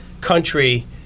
country